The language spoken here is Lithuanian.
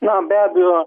na be abejo